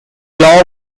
law